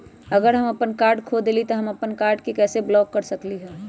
अगर हम अपन कार्ड खो देली ह त हम अपन कार्ड के कैसे ब्लॉक कर सकली ह?